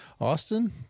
Austin